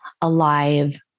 alive